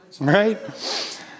right